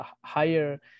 higher